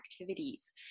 activities